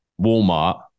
Walmart